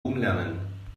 umlernen